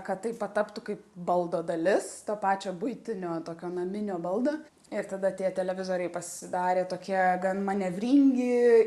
kad tai pataptų kaip baldo dalis to pačio buitinio tokio naminio baldo ir tada tie televizoriai pasidarė tokie gan manevringi